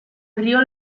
río